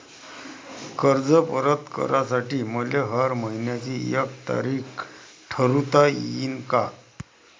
कर्ज परत करासाठी मले हर मइन्याची एक तारीख ठरुता येईन का?